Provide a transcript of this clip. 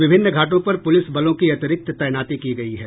विभिन्न घाटों पर पुलिस बलों की अतिरिक्त तैनाती की गयी है